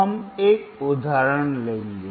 अब हम एक उदाहरण लेंगे